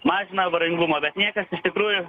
mažina avaringumą bet niekas iš tikrųjų